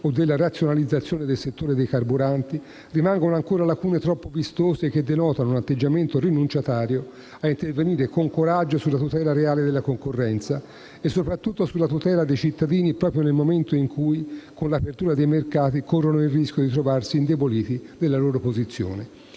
o della razionalizzazione del settore dei carburanti, rimangono ancora lacune troppo vistose che denotano un atteggiamento rinunciatario a intervenire con coraggio sulla tutela reale della concorrenza e soprattutto sulla tutela dei cittadini proprio nel momento in cui, con l'apertura dei mercati, corrono il rischio di trovarsi indeboliti nella loro posizione.